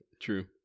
True